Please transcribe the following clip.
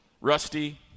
Rusty